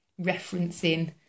referencing